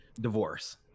divorce